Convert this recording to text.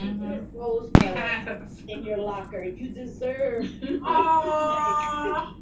rose petals ah in your locker, you deserve ah